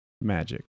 magic